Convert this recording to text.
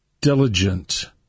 diligent